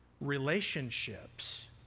relationships